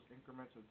increments